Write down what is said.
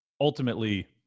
ultimately